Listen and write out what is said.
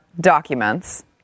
documents